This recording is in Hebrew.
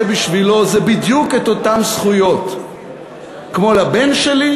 בשבילו זה בדיוק את אותן זכויות כמו לבן שלי,